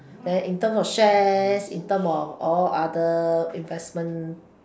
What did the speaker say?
then in terms of shares in term of all other investment